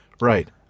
Right